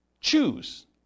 choose